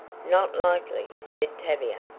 not likely, said tavia.